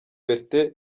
bertin